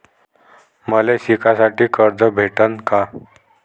मले शिकासाठी कर्ज भेटन का?